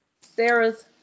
Sarah's